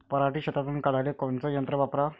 पराटी शेतातुन काढाले कोनचं यंत्र वापराव?